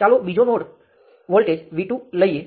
સાથે બદલી શકું છું